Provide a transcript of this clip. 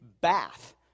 Bath